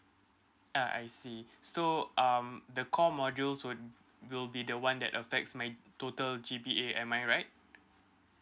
uh I see so um the core module will will be the one that affects my total G_P_A am I right